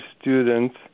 students